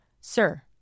Sir